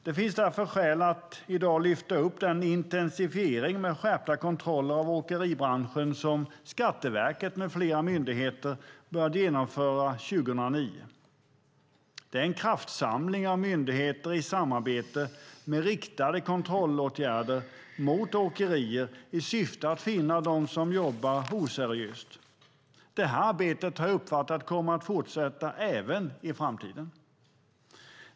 Det finns därför skäl att i dag lyfta upp den intensifiering med skärpta kontroller av åkeribranschen som Skatteverket med flera myndigheter började genomföra 2009. Det är en kraftsamling av myndigheter i samarbete, med riktade kontrollåtgärder mot åkerier i syfte att finna dem som jobbar oseriöst. Det här arbetet har jag uppfattat kommer att fortsätta även i framtiden.